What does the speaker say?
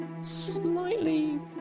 slightly